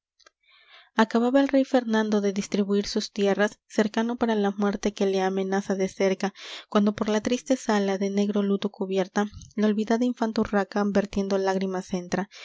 el rey fernando de distribuir sus tierras cercano para la muerte que le amenaza de cerca cuando por la triste sala de negro luto cubierta la olvidada infanta urraca vertiendo lágrimas